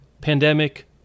pandemic